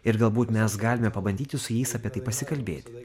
ir galbūt mes galime pabandyti su jais apie tai pasikalbėti